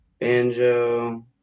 Banjo